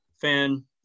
fan